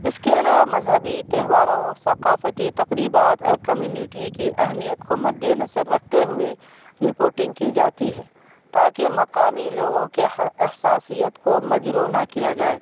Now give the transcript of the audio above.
اس کے علاوہ مذہبی تہواروں ثقافتی تقریبات کمیونٹی کی اہمیت کو مدِ نظر رکھتے ہوئے رپوٹنگ کی جاتی ہے تاکہ مقامی لوگوں کے احساسیت کو مجروح نہ کیا جائے